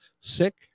sick